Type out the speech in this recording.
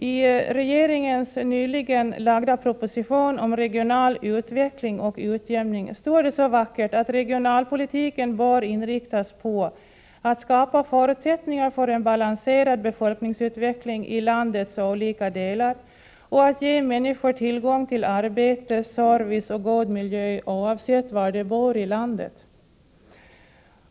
I regeringens nyligen framlagda proposition om regional utveckling och utjämning står det så vackert att regionalpolitiken bör inriktas på att skapa förutsättningar för en balanserad befolkningsutveckling i landets olika delar och att ge människor tillgång till arbete, service och god miljö oavsett var de borilandet.